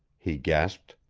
he gasped,